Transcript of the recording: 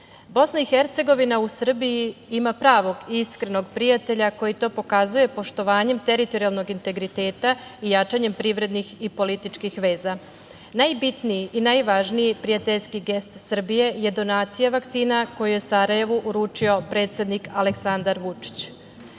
građani Srbije, BiH u Srbiji ima pravog i iskrenog prijatelja koji to pokazuje poštovanjem teritorijalnog integriteta i jačanjem privrednih i političkih veza. Najbitniji i najvažniji prijateljski gest Srbije je donacija vakcina koju je u Sarajevu uručio predsednik Aleksandar Vučić. Danas